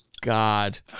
God